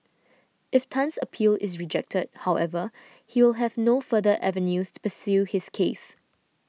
if Tan's appeal is rejected however he will have no further avenues to pursue his case